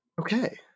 okay